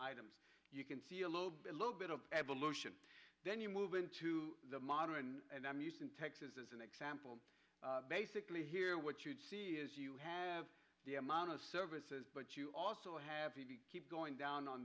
items you can see a little bit little bit of evolution then you move into the modern and i'm using texas as an example basically here what you see is you have the amount of services but you also have to keep going down on